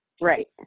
Right